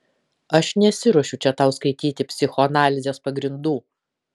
aš nesiruošiu čia tau skaityti psichoanalizės pagrindų